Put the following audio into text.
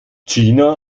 gina